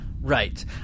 right